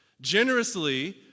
Generously